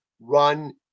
run